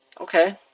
Okay